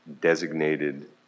designated